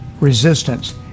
resistance